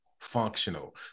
functional